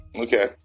Okay